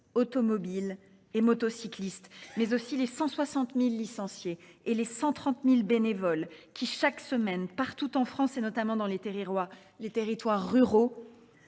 automobiles et motocyclistes, mais aussi les 160 000 licenciés et les 130 000 bénévoles qui chaque semaine, partout en France et notamment dans les territoires ruraux,